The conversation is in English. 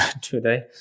today